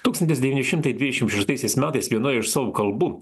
tūkstantis devyni šimtai dvidešimt šeštaisiais metais vienoje iš savo kalbų